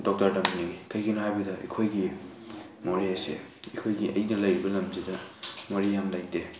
doctor ꯇꯝꯍꯟꯅꯤꯡꯉꯤ ꯀꯩꯒꯤꯅꯣ ꯍꯥꯏꯕꯗ ꯑꯩꯈꯣꯏꯒꯤ ꯃꯣꯔꯦꯁꯦ ꯑꯩꯈꯣꯏꯒꯤ ꯑꯩꯅ ꯂꯩꯔꯤꯕ ꯂꯝꯁꯤꯗ ꯃꯣꯏꯁꯤ ꯌꯥꯝ ꯂꯩꯇꯦ